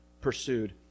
pursued